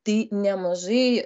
tai nemažai